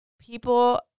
people